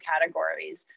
categories